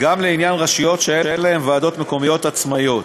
גם לעניין רשויות שאין להן ועדות מקומיות עצמאיות.